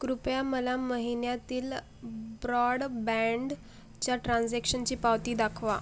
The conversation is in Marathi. कृपया मला महिन्यातील ब्रॉडबँडच्या ट्रान्झॅक्शनची पावती दाखवा